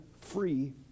free